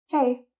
Hey